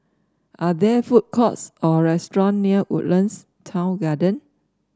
are there food courts or restaurant near Woodlands Town Garden